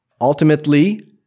ultimately